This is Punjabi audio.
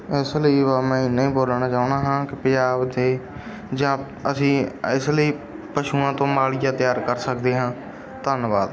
ਇਸ ਲਈ ਵਾ ਮੈਂ ਇੰਨਾ ਹੀ ਬੋਲਣਾ ਚਾਹੁੰਦਾ ਕਿ ਪੰਜਾਬ ਦੇ ਜਾਂ ਅਸੀਂ ਇਸ ਲਈ ਪਸ਼ੂਆਂ ਤੋਂ ਮਾਲੀਆ ਤਿਆਰ ਕਰ ਸਕਦੇ ਹਾਂ ਧੰਨਵਾਦ